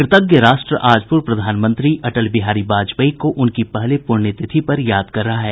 कृतज्ञ राष्ट्र आज पूर्व प्रधानमंत्री अटलबिहारी वाजपेयी को उनकी पहली पुण्यतिथि याद कर रहा है